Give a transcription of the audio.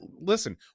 listen